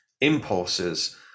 impulses